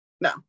no